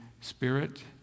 Spirit